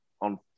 on